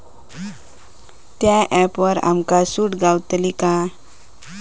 त्या ऍपवर आमका सूट गावतली काय?